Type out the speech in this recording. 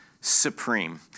supreme